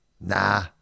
nah